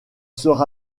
sera